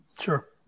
Sure